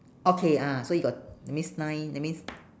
okay ah so you got that means nine that means